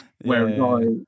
Whereas